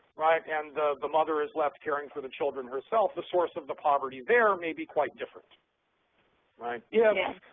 right, and the the mother is left caring for the children herself, the source of the poverty there may be quite different right? yeah yes.